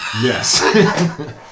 Yes